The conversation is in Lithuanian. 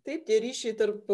taip ryšiai tarp